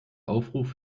aufruf